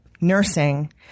nursing